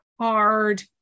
hard